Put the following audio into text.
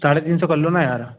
साढ़े तीन सौ कर लो ना यार